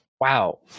Wow